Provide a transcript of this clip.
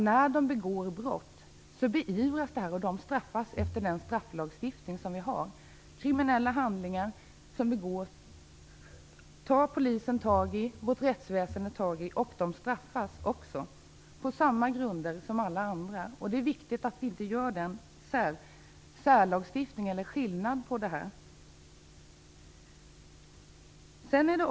När brott begås beivras och bestraffas de enligt den strafflagstiftning vi har. Polisen och rättsväsendet tar tag i de kriminella handlingar som begås, och de bestraffas på samma grunder som alla andra kriminella handlingar. Det är viktigt att vi inte har någon särlagstiftning som gör skillnad i detta avseende.